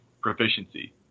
proficiency